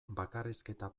bakarrizketa